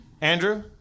Andrew